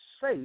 say